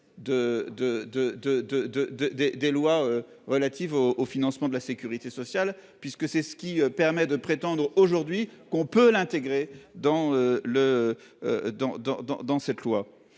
des lois relatives au au financement de la Sécurité sociale puisque c'est ce qui permet de prétendre aujourd'hui qu'on peut l'intégrer dans le.